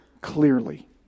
clearly